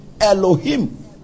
Elohim